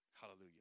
Hallelujah